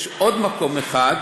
יש עוד מקום אחד